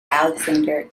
alexander